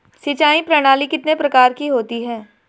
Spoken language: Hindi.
सिंचाई प्रणाली कितने प्रकार की होती है?